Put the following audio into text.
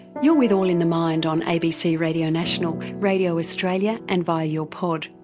you're with all in the mind on abc radio national, radio australia and via your pod.